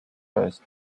first